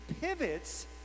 pivots